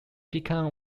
became